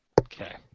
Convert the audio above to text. Okay